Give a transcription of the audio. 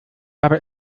habe